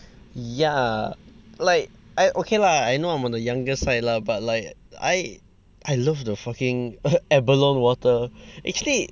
yeah like I okay lah I know I'm on the younger side lah but like I I love the fucking abalone water actually